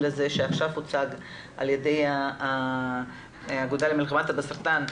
הזה שעכשיו הוצג על ידי האגודה למלחמה בסרטן.